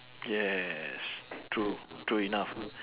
yes true true enough